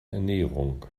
ernährung